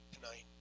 tonight